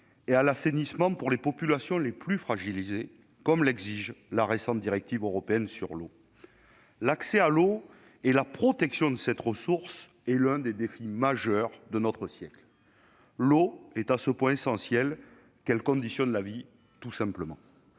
et à l'assainissement pour les populations les plus fragilisées, comme l'exige la récente directive européenne sur l'eau. L'accès à l'eau et la protection de cette ressource sont l'un des défis majeurs de notre siècle. L'eau est à ce point essentielle qu'elle conditionne tout simplement